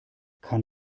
kann